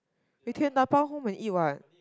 we can dabao home and eat what